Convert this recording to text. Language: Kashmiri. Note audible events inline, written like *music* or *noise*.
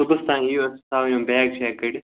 صُبحَس تام یِیِو حظ *unintelligible* یِم بیگ شیگ کٔڑِتھ